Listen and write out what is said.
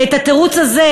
כי את התירוץ הזה